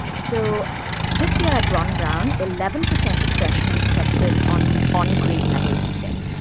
so this year at ron brown, eleven percent of freshmen tested on on grade level reading.